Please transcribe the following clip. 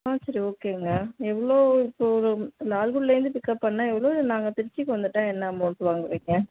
ஆ சரி ஓகேங்க எவ்வளோ தூரம் லால்குடிலேருந்து பிக்கப் பண்ணால் எவ்வளோல நாங்கள் திருச்சிக்கு வந்துட்டால் என்ன அமௌண்ட் வாங்குவீங்க